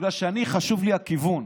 בגלל שחשוב לי הכיוון,